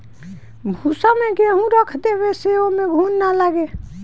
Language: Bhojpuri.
भूसा में गेंहू रख देवे से ओमे घुन ना लागे